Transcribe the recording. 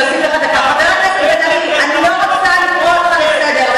חבר הכנסת בן-ארי, אני לא רוצה לקרוא אותך לסדר.